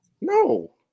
No